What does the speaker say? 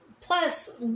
Plus